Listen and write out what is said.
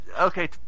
Okay